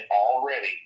already